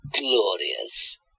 Glorious